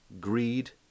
greed